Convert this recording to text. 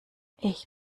ich